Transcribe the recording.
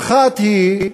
האחת היא,